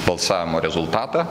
balsavimo rezultatą